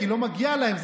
כי לא מגיע להם,